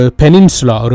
peninsula